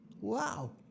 Wow